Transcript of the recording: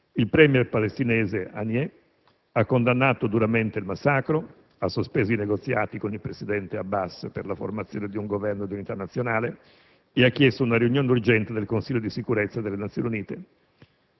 Il *premier* palestinese Haniyeh ha condannato duramente il massacro, ha sospeso i negoziati con il presidente Abbas per la formazione di un Governo di unità nazionale ed ha chiesto una riunione d'urgenza del Consiglio di sicurezza delle Nazioni Unite.